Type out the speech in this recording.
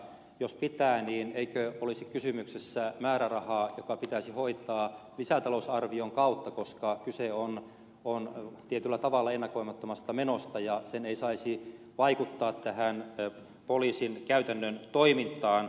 jos pitää niin eikö kysymyksessä olisi määräraha joka pitäisi hoitaa lisätalousarvion kautta koska kyse on tietyllä tavalla ennakoimattomasta menosta ja se ei saisi vaikuttaa tähän poliisin käytännön toimintaan